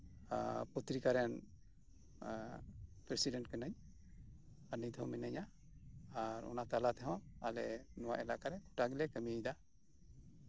ᱯᱚᱛᱨᱤᱠᱟ ᱨᱮᱱ ᱯᱨᱮᱥᱤᱰᱮᱱᱴ ᱠᱟᱱᱟᱧ ᱟᱨ ᱱᱤᱛ ᱦᱚᱸ ᱢᱤᱱᱟᱹᱧᱟ ᱟᱨ ᱚᱱᱟ ᱛᱟᱞᱟ ᱛᱮᱦᱚᱸ ᱟᱞᱮ ᱱᱚᱣᱟ ᱮᱞᱟᱠᱟᱨᱮ ᱯᱨᱟᱭ ᱜᱮᱞᱮ ᱠᱟᱹᱢᱤᱭᱮᱫᱟ